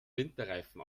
winterreifen